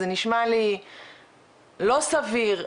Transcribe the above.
זה נשמע לי לא סביר,